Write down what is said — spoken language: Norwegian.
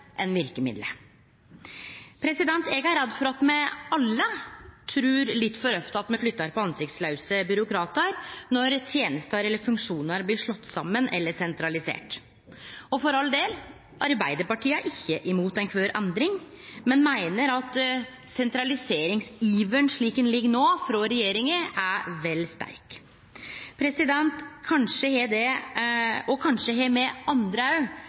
enn verkemiddelet. Eg er redd for at me alle trur litt for ofte at me flyttar på ansiktslause byråkratar når tenester eller funksjonar blir slått saman eller sentraliserte. For all del – Arbeidarpartiet er ikkje imot alle endringar, men me meiner at sentraliseringsiveren til regjeringa, slik han er no, er vel sterk. Kanskje har me andre også eit og